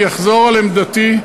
אחזור על עמדתי,